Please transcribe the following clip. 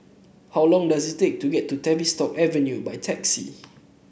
how long does it take to get to Tavistock Avenue by taxi